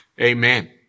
Amen